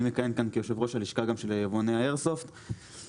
אני מכהן כאן כיושב ראש הלשכה של יבואני האיירסופט גם.